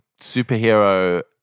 superhero